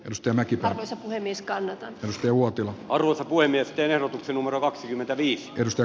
jos tämäkin on osa puhemies kannata jussi uotin varoista kuin miesten erotti numero kaksikymmentäviisi risto